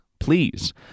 Please